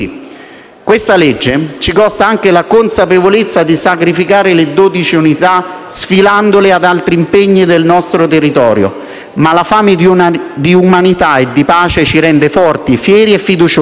Questo provvedimento ci costa anche la consapevolezza di sacrificare le dodici unità, sfilandole ad altri impegni del nostro territorio, ma la fame di umanità e di pace ci rende forti, fieri e fiduciosi.